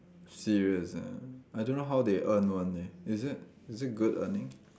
serious ah I don't know how they earn one leh is it is it good earning